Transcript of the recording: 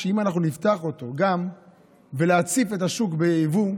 אם אנחנו נפתח אותו ונציף את השוק ביבוא,